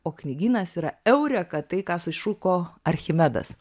o knygynas yra eureka tai ką sušuko archimedas